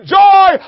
joy